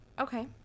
Okay